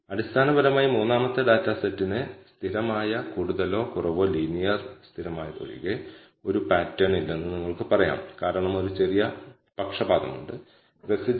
അതായത് നമ്മൾ ചെയ്യുന്നത് yi ഒരു സ്ഥിരാങ്കത്തിൽ മാത്രമാണ് എന്നാൽ നൾ ഹൈപോതെസിസ് അംഗീകരിക്കുകയോ നിരസിക്കുകയോ ചെയ്താൽ യഥാർത്ഥത്തിൽ നമ്മൾ ഒരു രേഖീയമാണ് ഫിറ്റ് ചെയ്യുന്നത്